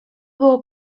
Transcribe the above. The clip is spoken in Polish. było